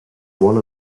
one